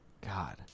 God